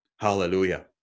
Hallelujah